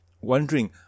wondering